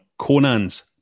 Conan's